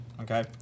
okay